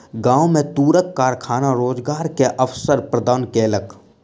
गाम में तूरक कारखाना रोजगार के अवसर प्रदान केलक